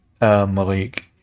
Malik